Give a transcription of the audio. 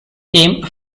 came